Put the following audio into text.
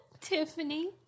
Tiffany